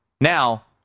Now